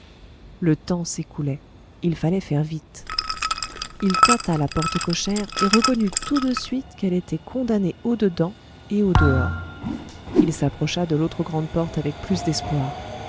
le temps s'écoulait il fallait faire vite il tâta la porte cochère et reconnut tout de suite quelle était condamnée au dedans et au dehors il s'approcha de l'autre grande porte avec plus d'espoir